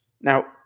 Now